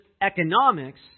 economics